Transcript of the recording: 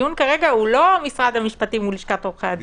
הוא לא משרד המשפטים מול לשכת עורכי הדין.